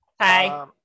Hi